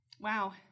Wow